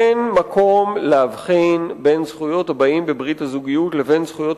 אין מקום להבחין בין זכויות הבאים בברית הזוגיות לבין זכויות,